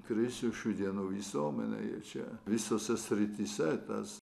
krisiu šių dienų visuomenėj čia visose srityse tas